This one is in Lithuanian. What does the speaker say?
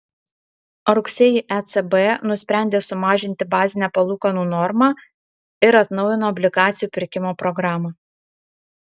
rugsėjį ecb nusprendė sumažinti bazinę palūkanų normą ir atnaujino obligacijų pirkimo programą